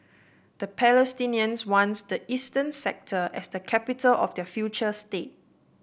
the Palestinians want the eastern sector as the capital of their future state